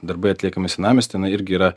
darbai atliekami senamiesty na irgi yra